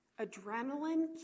Adrenaline